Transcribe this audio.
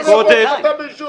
איפה ההפחתה בעישון?